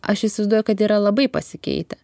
aš įsivaizduoju kad yra labai pasikeitę